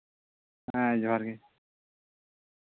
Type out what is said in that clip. ᱦᱮᱸ ᱡᱚᱦᱟᱨ ᱜᱮ